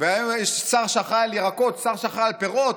והיום יש שר שאחראי על ירקות ושר שאחראי על פירות,